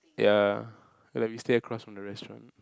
ya like we stayed across from the restaurant